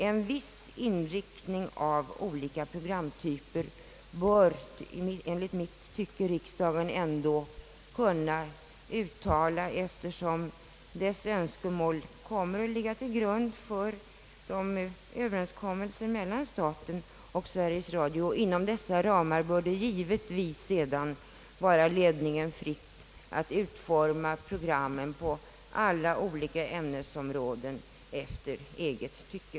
Enligt min uppfattning kan riksdagen ändå uttala sig om en viss inriktning av olika programtyper, eftersom dess önskemål kommer att ligga till grund för överenskommelsen mellan staten och Sveriges Radio. Inom dessa ramar bör det givetvis sedan stå ledningen fritt att utforma programmen på olika ämnesområden efter eget tycke.